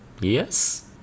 Yes